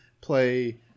play